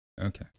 Okay